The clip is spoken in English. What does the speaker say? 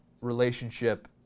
relationship